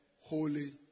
Holy